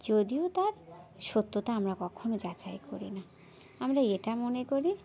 যদিও তার সত্যতা আমরা কখনও যাচাই করি না আমরা এটা মনে করি